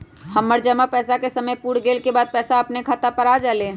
हमर जमा पैसा के समय पुर गेल के बाद पैसा अपने खाता पर आ जाले?